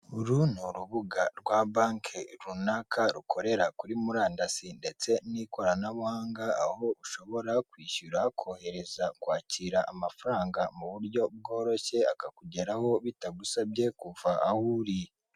Uru ni urubuga rwa bake runaka rukorera kuri murandasi ndetse n'ikoranabuhanga, aho ushobora kwishyura, kohereza, kwakira amafaranga mu buryo bworoshye akakugeraho bitagusabye kuva aho uri.